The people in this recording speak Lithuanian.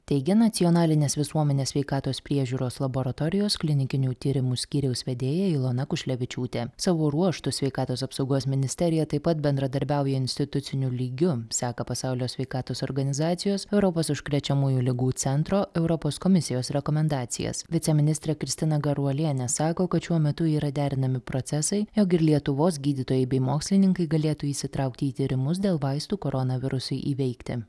teigė nacionalinės visuomenės sveikatos priežiūros laboratorijos klinikinių tyrimų skyriaus vedėja ilona kušlevičiūtė savo ruožtu sveikatos apsaugos ministerija taip pat bendradarbiauja instituciniu lygiu seka pasaulio sveikatos organizacijos europos užkrečiamųjų ligų centro europos komisijos rekomendacijas viceministrė kristina garuolienė sako kad šiuo metu yra derinami procesai jog ir lietuvos gydytojai bei mokslininkai galėtų įsitraukti į tyrimus dėl vaistų koronavirusui įveikti